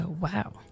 wow